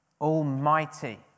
Almighty